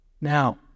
Now